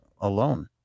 alone